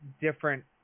different